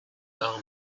are